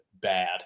bad